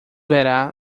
verá